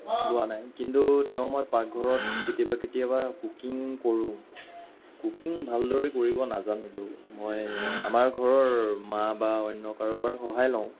লোৱা নাই কিন্তু তেও মই পাকঘৰত কেতিয়াবা কেতিয়াবা কুকিং কৰোঁ কুকিং ভালদৰে কৰিব নাজানিলেও মই আমাৰ ঘৰৰ মা বা অন্য কাৰোবাৰ সহায় লওঁ